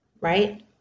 right